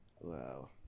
Wow